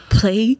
play